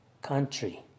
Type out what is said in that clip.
Country